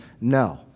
No